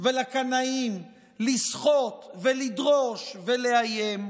ולקנאים לסחוט ולדרוש ולאיים,